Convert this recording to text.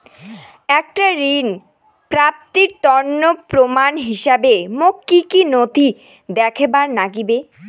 একটা ঋণ প্রাপ্তির তন্ন প্রমাণ হিসাবে মোক কী কী নথি দেখেবার নাগিবে?